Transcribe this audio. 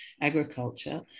agriculture